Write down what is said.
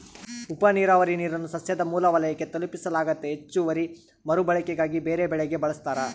ಉಪನೀರಾವರಿ ನೀರನ್ನು ಸಸ್ಯದ ಮೂಲ ವಲಯಕ್ಕೆ ತಲುಪಿಸಲಾಗ್ತತೆ ಹೆಚ್ಚುವರಿ ಮರುಬಳಕೆಗಾಗಿ ಬೇರೆಬೆಳೆಗೆ ಬಳಸ್ತಾರ